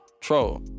troll